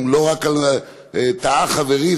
טעה חברי,